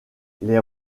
les